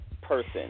person